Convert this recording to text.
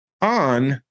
on